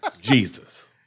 Jesus